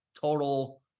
total